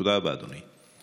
תודה רבה, אדוני.